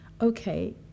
okay